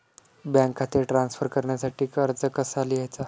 Bank खाते transfer करण्यासाठी अर्ज कसा लिहायचा?